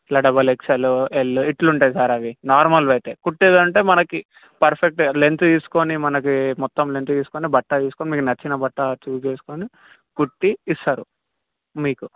ఇట్లా double XL L ఇట్లుంటుంది sir అవి నార్మల్వి అయితే కుట్టేదంటే మనకి పర్ఫెక్ట్ లెంత్ తీస్కుని మనకి మొత్తం లెంత్ తీస్కుని బట్ట తీస్కుని మీకు నచ్చిన బట్ట చూస్ చేస్కుని కుట్టి ఇస్తారు మీకు